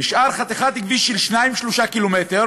נשארה חתיכת כביש של 3-2 קילומטר